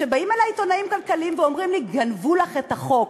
באים אלי עיתונאים כלכליים ואומרים לי: גנבו לך את החוק.